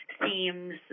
themes